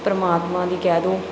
ਪਰਮਾਤਮਾ ਦੀ ਕਹਿ ਦਿਓ